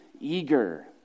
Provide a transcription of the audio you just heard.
eager